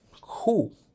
cool